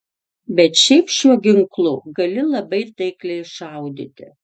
bet šiaip šiuo ginklu gali labai taikliai šaudyti